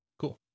Cool